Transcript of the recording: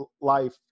life